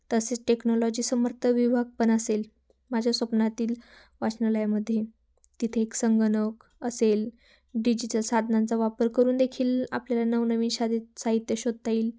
तसेच टेक्नॉलॉजी समर्थ विभाग पण असेल माझ्या स्वप्नातील वाचनालयामध्ये तिथे एक संगणक असेल डीजीचं साधनांचा वापर करून देखील आपल्याला नवनवीन साहित्य शोधता येईल